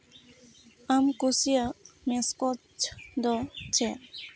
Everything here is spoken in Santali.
ᱟᱢ ᱠᱩᱥᱤᱭᱟᱜ ᱢᱮᱥᱠᱚᱡᱽ ᱫᱚ ᱪᱮᱫ